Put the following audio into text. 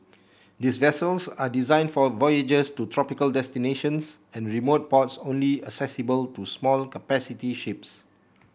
these vessels are designed for voyages to tropical destinations and remote ports only accessible to small capacity ships